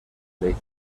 ley